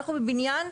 אנחנו בבניין,